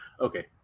Okay